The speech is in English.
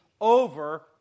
over